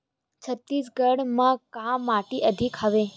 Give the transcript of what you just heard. छत्तीसगढ़ म का माटी अधिक हवे?